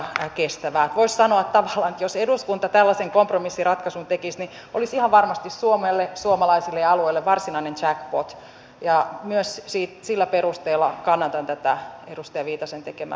voisi sanoa tavallaan että jos eduskunta tällaisen kompromissiratkaisun tekisi se olisi ihan varmasti suomelle suomalaisille ja alueille varsinainen jackpot ja myös sillä perusteella kannatan tätä edustaja viitasen tekemää ponsiesitystä